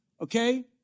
Okay